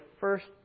first